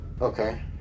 Okay